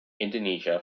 indonesia